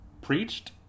preached